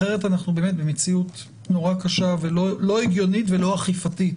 אחרת אנחנו באמת במציאות נורא קשה ולא הגיונית ולא אכיפתית